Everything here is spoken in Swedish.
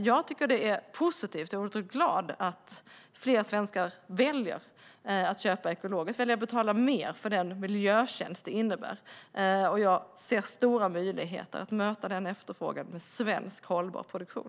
Jag är otroligt glad att fler svenskar väljer att köpa ekologiskt och att betala mer för den miljötjänst det innebär, och jag ser stora möjligheter att möta den efterfrågan med svensk hållbar produktion.